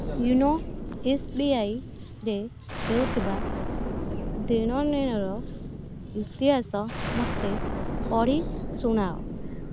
YONO ଏସ୍ବିଆଇରେ ହୋଇଥିବା ଦେଣନେଣ ଇତିହାସ ମୋତେ ପଢ଼ି ଶୁଣାଅ